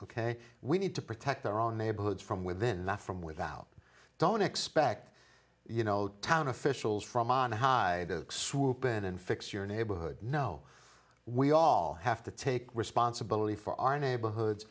ok we need to protect their own neighborhoods from within not from without don't expect you know town officials from on high to swoop in and fix your neighborhood no we all have to take responsibility for our neighborhoods